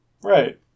Right